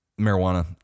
marijuana